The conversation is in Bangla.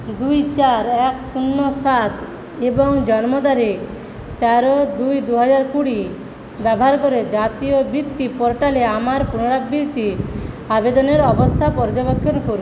দুই চার এক শূন্য সাত এবং জন্ম তারিখ তেরো দুই দু হাজার কুড়ি ব্যবহার করে জাতীয় বৃত্তি পোর্টালে আমার পুনরাবৃত্তি আবেদনের অবস্থা পর্যবেক্ষণ করুন